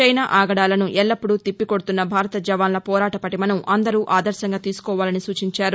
China ఆగడాలను ఎల్లప్పుడూ తిప్పుకొడుతున్న భారత జవాన్ల పోరాట పటిమను అందరూ ఆదర్భంగా తీసుకోవాలని సూచించారు